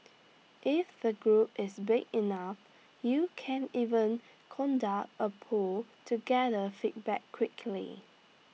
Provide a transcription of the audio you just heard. if the group is big enough you can even conduct A poll to gather feedback quickly